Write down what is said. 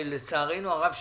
שלצערנו הרב,